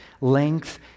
length